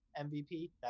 MVP